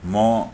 म